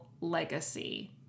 legacy